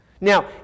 Now